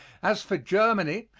as for germany,